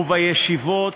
ובישיבות,